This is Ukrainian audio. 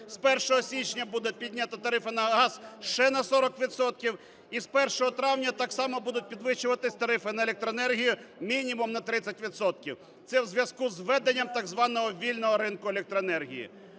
з 1 січня буде піднято тарифи на газ ще на 40 відсотків і з 1 травня так само будуть підвищуватись тарифи на електроенергію мінімум на 30 відсотків. Це у зв'язку з введенням так званого вільного ринку електроенергії.